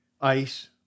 ice